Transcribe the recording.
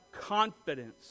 confidence